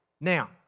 Now